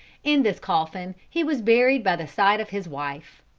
in this coffin he was buried by the side of his wife.